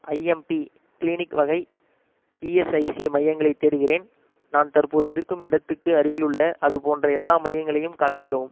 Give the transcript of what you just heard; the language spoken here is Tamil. ஐஎம்பி கிளினிக் வகை இஎஸ்ஐசி மையங்களைத் தேடுகிறேன் நான் தற்போது இருக்கும் இடத்துக்கு அருகில் உள்ள அது போன்ற எல்லா மையங்களையும் காண்பிக்கவும்